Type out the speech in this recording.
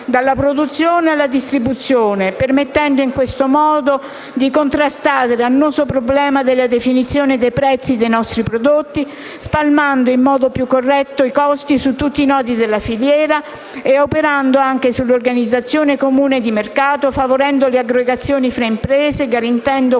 dalla produzione alla distribuzione, permettendo in questo modo di contrastare l'annoso problema della definizione dei prezzi dei nostri prodotti spalmando in modo più corretto i costi su tutti i nodi della filiera e operando anche sull'organizzazione comune di mercato favorendo le aggregazioni tra imprese, garantendo comunque